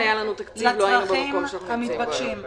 אם היה לנו תקציב לא היינו במקום שאנחנו נמצאים בו היום.